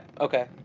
okay